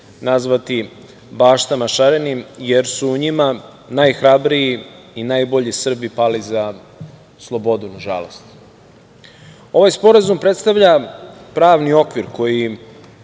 nazvati baštama šarenim jer su u njima najhrabriji i najbolji Srbi pali za slobodu, nažalost. Ovaj sporazum predstavlja pravni okvir koji